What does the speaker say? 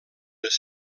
les